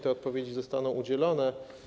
Te odpowiedzi zostaną udzielone.